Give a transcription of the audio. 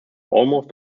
almost